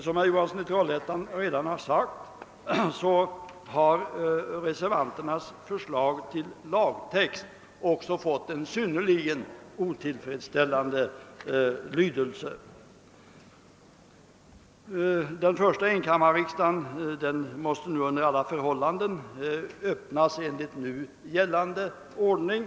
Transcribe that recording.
Som herr Johansson i Trollhättan redan har sagt har reservanternas förslag till lagtext också fått en synnerligen otillfredssställande lydelse. Den första enkammarriksdagen måste under alla förhållanden öppnas enligt nu gällande ordning.